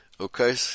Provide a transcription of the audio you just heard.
Okay